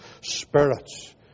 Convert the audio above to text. spirits